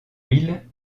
will